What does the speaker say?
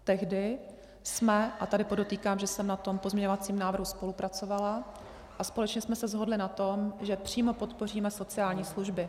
Tehdy jsme a tady podotýkám, že jsem na tom pozměňovacím návrhu spolupracovala, a společně jsme se shodli na tom, že přímo podpoříme sociální služby.